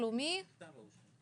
לגבי הכנסות.